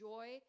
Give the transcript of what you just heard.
Joy